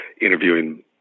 interviewing